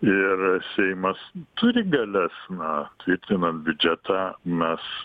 ir seimas turi galias na tvirtinant biudžetą mes